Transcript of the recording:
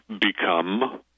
become